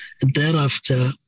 Thereafter